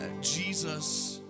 Jesus